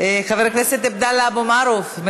חבר הכנסת עבדאללה אבו מערוף,